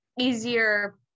easier